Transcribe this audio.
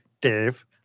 Dave